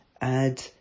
add